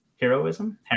Heroism